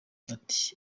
ati